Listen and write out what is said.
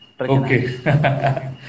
Okay